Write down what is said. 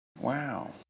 Wow